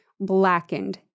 blackened